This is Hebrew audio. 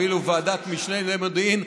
אפילו ועדת משנה למודיעין,